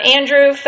Andrew